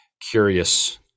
curious